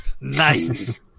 Nice